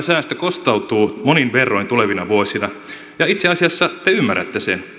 säästö kostautuu monin verroin tulevina vuosina itse asiassa te ymmärrätte sen